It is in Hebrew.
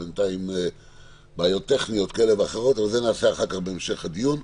בינתיים בעיות טכניות כאלו ואחריות מעכבות את הדבר.